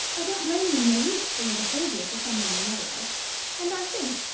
i don't blame you in the least for your behaviour to someone we know of and i think,